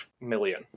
million